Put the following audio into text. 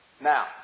Now